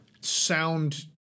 sound